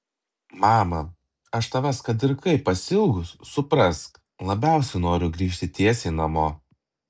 mama aš tavęs kad ir kaip pasiilgus suprask labiausiai noriu grįžt tiesiai namo